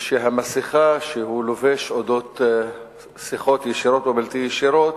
והמסכה שהוא לובש על אודות שיחות ישירות ובלתי ישירות,